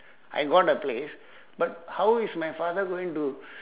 I want a place but how is my father going to